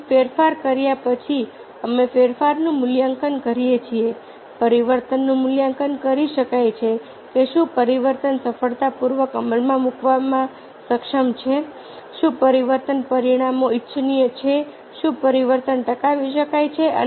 તેથી ફેરફાર કર્યા પછી અમે ફેરફારનું મૂલ્યાંકન કરીએ છીએ પરિવર્તનનું મૂલ્યાંકન કરી શકાય છે કે શું પરિવર્તન સફળતાપૂર્વક અમલમાં મુકવામાં સક્ષમ છે શું પરિવર્તન પરિણામો ઇચ્છનીય છે શું પરિવર્તન ટકાવી શકાય છે